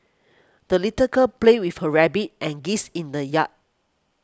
the little girl played with her rabbit and geese in the yard